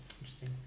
Interesting